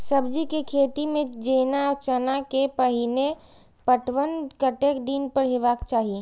सब्जी के खेती में जेना चना के पहिले पटवन कतेक दिन पर हेबाक चाही?